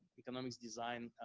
economics design.